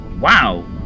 Wow